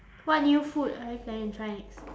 what new food are you planning to try next